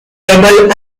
rebel